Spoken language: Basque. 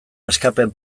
askapen